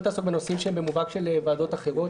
תעסוק בנושאים שהם במובהק של ועדות אחרות.